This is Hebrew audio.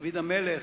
דוד המלך,